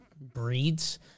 breeds